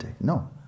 No